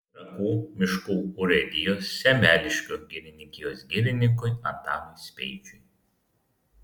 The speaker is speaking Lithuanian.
trakų miškų urėdijos semeliškių girininkijos girininkui antanui speičiui